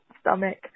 stomach